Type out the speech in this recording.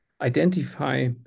identify